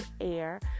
air